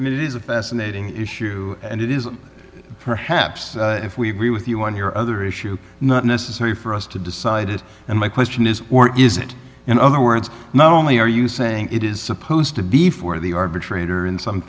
case and it is a fascinating issue and it is perhaps if we agree with you on your other issue not necessary for us to decide it and my question is or is it in other words not only are you saying it is supposed to be for the arbitrator in some